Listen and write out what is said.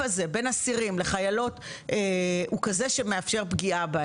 הזה בין אסירים לחיילות הוא כזה שלא מאפשר פגיעה בהן.